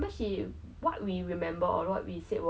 what's that being called blind mice